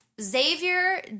Xavier